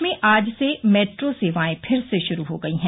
प्रदेश में आज से मेट्रो सेवाएं फिर से शुरू हो गयी हैं